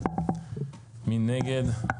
מי נגד?